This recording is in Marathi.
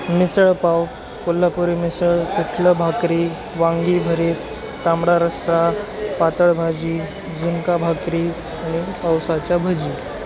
मिसळपाव कोल्हापुरी मिसळ पिठलं भाकरी वांगी भरीत तांबडा रस्सा पातळ भाजी झुणका भाकरी आणि पावसाच्या भजी